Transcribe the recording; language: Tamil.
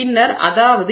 பின்னர் அதாவது